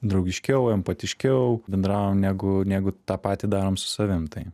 draugiškiau empatiškiau bendraujam negu negu tą patį darom su savim tai